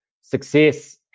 Success